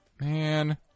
Man